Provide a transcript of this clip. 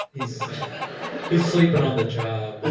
he's sleeping on the job.